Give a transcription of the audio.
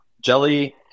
Jelly